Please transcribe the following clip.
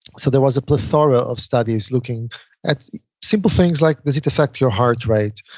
so there was a plethora of studies looking at simple things like does it affect your heart rate,